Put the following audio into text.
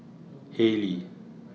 Haylee